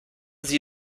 sie